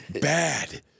bad